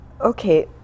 Okay